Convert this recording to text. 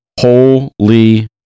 Holy